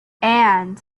and